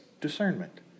discernment